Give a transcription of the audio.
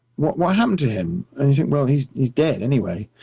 what what happened to him, and you think, well, he's he's dead anyway.